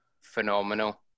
phenomenal